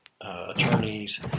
attorneys